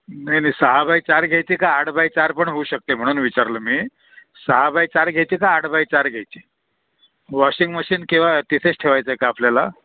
नाही नाही सहा बाय चार घ्यायची का आठ बाय चार पण होऊ शकते म्हणून विचारलं मी सहा बाय चार घ्यायची का आठ बाय चार घ्यायची वॉशिंग मशीन किंवा तिथेच ठेवायचं आहे का आपल्याला